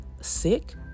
sick